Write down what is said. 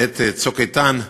בעת "צוק איתן",